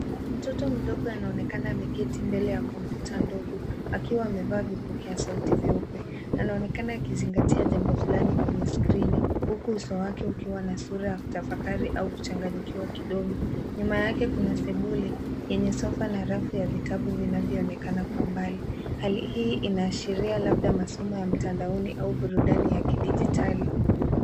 Mtoto mdogo anaonekana ameketi mbele ya kompyuta ndogo akiwa amevaa vipokea sauti vyeupe. Anaonekana akizingatia jambo fulani kwenye skrini huku uso wake ukiwa na sura ya kutafakari au kuchanganyikiwa kidogo. Nyuma yake kuna sebule yenye sofa na rafu ya vitabu vinavyoonekana kwa mbali. Hali hii inaashiria labda masomo ya mtandaoni au burudani ya kidijitali.